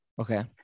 okay